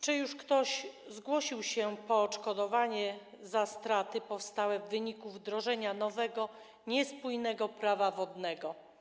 Czy już ktoś zgłosił się po odszkodowanie za straty powstałe w wyniku wdrożenia nowego, niespójnego Prawa wodnego?